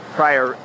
prior